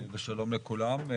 שלום לכולם.